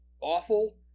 awful